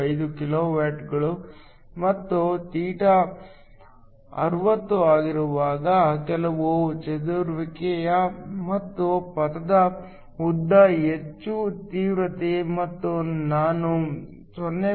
925 ಕಿಲೋವ್ಯಾಟ್ಗಳು ಮತ್ತು θ 60 ಆಗಿರುವಾಗ ಕೆಲವು ಚದುರುವಿಕೆ ಮತ್ತು ಪಥದ ಉದ್ದ ಹೆಚ್ಚು ತೀವ್ರತೆ ನಾನು ಕಡಿಮೆ 0